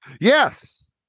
yes